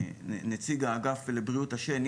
נציג האגף לבריאות השן.